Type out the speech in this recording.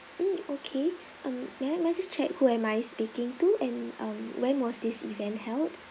mm okay um may I may I just check who am I speaking to and um when was this event held